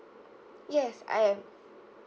yes I am